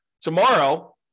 tomorrow